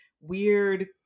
weird